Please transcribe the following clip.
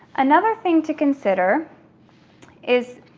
another thing to consider is,